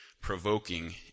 provoking